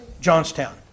Johnstown